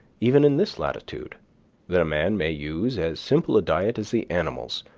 even in this latitude that a man may use as simple a diet as the animals,